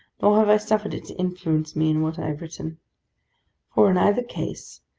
nor have i suffered it to influence me in what i have written for, in either case,